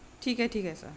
ठीक आहे ठीक आहे सर